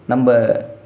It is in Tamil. நம்ப